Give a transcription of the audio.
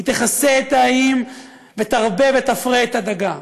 היא תכסה את האיים ותרבה ותפרה את הדגה.